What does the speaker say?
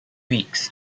weeks